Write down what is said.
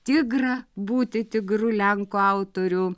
tigrą būti tigru lenkų autorių